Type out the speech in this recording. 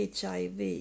hiv